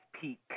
peak